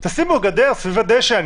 תשימו גדר נמוכה סביב הדשא.